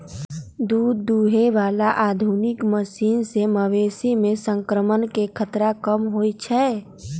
दूध दुहे बला आधुनिक मशीन से मवेशी में संक्रमण के खतरा कम होई छै